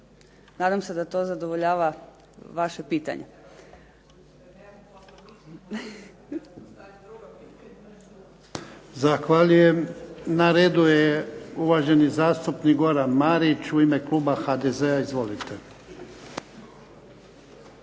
Nadam se da to zadovoljava vaše pitanje.